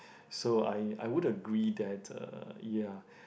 so I I would agree that uh ya